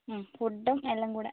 ഫുഡും എല്ലാംകൂടി